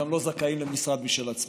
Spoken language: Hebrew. גם לא זכאים למשרד משל עצמם.